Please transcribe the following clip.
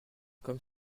comme